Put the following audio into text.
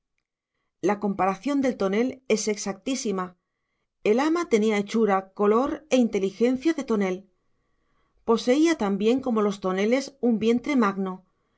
la comparación del tonel es exactísima el ama tenía hechura color e inteligencia de tonel poseía también como los toneles un vientre magno